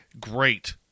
Great